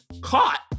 caught